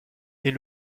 est